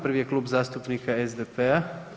Prvi je Klub zastupnika SDP-a.